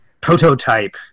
prototype